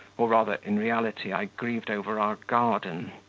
or rather, in reality, i grieved over our garden.